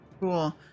Cool